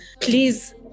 please